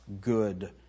good